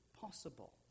possible